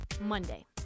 Monday